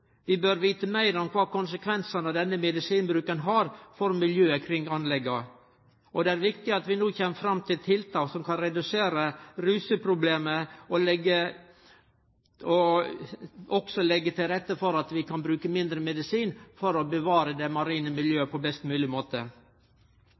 Vi bør vite meir om kva konsekvensane av denne medisinbruken har for miljøet kring anlegga, og det er viktig at vi no kjem fram til tiltak som kan redusere luseproblemet. Vi må også leggje til rette for at vi kan bruke mindre medisin for å bevare det marine